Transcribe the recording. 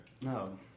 No